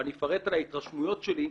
אבל אני אפרט על ההתרשמויות שלי.